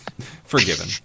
Forgiven